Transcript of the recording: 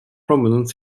prominent